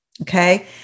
Okay